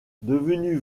devenue